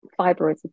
fibroids